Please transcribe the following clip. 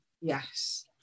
yes